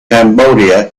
cambodia